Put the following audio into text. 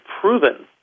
proven